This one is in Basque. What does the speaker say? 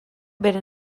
bere